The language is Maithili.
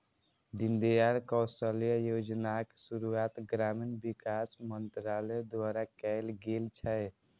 दीनदयाल कौशल्य योजनाक शुरुआत ग्रामीण विकास मंत्रालय द्वारा कैल गेल छै